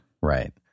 Right